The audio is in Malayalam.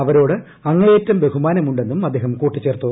അവരോട് അങ്ങേയറ്റം ബഹുമാനമുണ്ടെന്നും അദ്ദേഹം കൂട്ടിച്ചേർത്തു